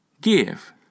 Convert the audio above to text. Give